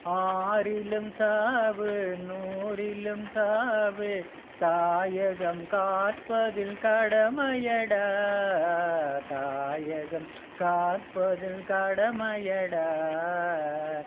ஆறிலும் சாவு நூறிலும் சாவு தாயகம் காப்பதில் கடமையடா தாயகம் காப்பதில் கடமையடா